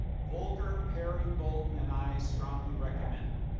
volker, perry, bolton and i strongly recommend.